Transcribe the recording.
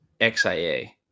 XIA